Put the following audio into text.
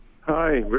Hi